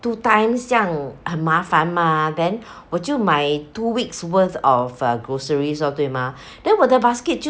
two times 这样很麻烦 mah then 我就买 two weeks worth of uh groceries orh 对吗 then 我的 basket 就很满 mah then 我要推为来我我最近最近推他办了我觉得